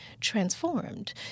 transformed